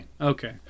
Okay